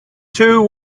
two